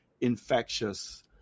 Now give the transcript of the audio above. infectious